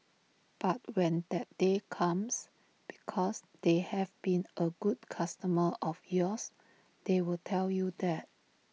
but when that day comes because they have been A good customer of yours they will tell you that